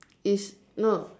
is no